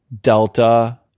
Delta